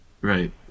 Right